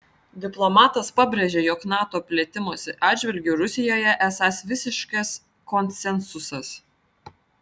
diplomatas pabrėžė jog nato plėtimosi atžvilgiu rusijoje esąs visiškas konsensusas